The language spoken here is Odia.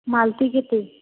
ମାଳତି କେତେ